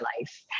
life